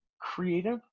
creative